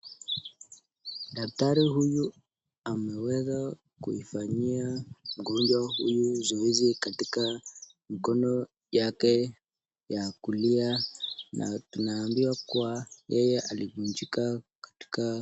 Daktari huyu ameweza kuifanyia mgonjwa huyu zoezi katika mkono yake ya kulia na tunaambiwa kuwa yeye alivunjika katika...